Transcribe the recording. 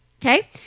Okay